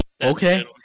Okay